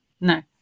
No